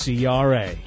CRA